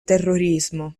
terrorismo